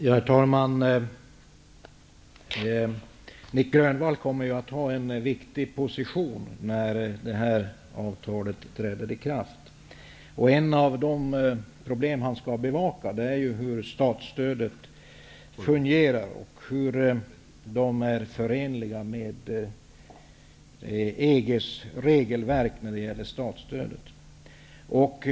Herr talman! Nic Grönvall kommer att ha en viktig position när avtalet träder i kraft. Ett av de problem han skall bevaka är hur statsstödet fungerar och hur det är förenligt med EG:s regelverk när det gäller statsstöd.